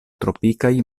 tropikaj